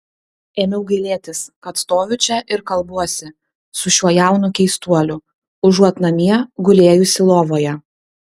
ėmiau gailėtis kad stoviu čia ir kalbuosi su šiuo jaunu keistuoliu užuot namie gulėjusi lovoje